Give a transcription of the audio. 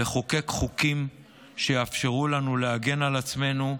לחוקק חוקים שיאפשרו לנו להגן על עצמנו,